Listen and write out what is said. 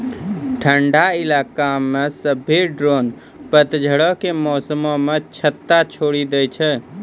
ठंडा इलाका मे सभ्भे ड्रोन पतझड़ो के मौसमो मे छत्ता छोड़ि दै छै